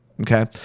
Okay